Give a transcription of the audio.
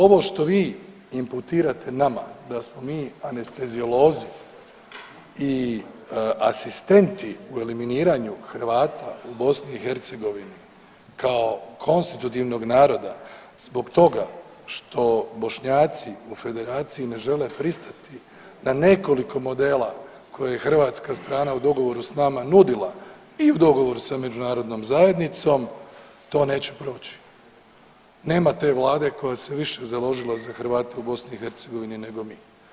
Ovo što vi imputirate nama da smo mi anesteziolozi i asistenti u eliminiranju Hrvata u BiH kao konstitutivnog naroda zbog toga što Bošnjaci u Federaciji ne žele pristati na nekoliko modela koje je hrvatska strana u dogovoru s nama nudila i u dogovoru sa međunarodnom zajednicom to neće proći, nema te vlade koja se više založila za Hrvate u BiH nego mi.